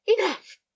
Enough